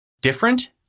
different